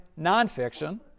nonfiction